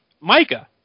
Micah